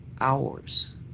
hours